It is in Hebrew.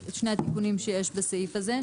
את שני התיקונים שיש בסעיף הזה,